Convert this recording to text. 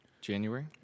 january